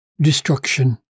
destruction